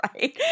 right